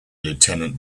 lieutenant